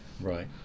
Right